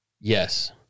Yes